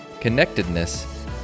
connectedness